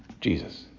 Jesus